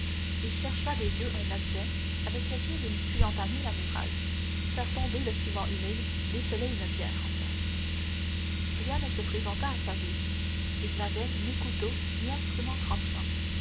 et chercha des yeux un objet avec lequel il pût entamer la muraille faire tomber le ciment humide desceller une pierre enfin rien ne se présenta à sa vue il n'avait ni couteau ni instrument tranchant